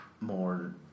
more